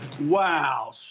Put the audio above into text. wow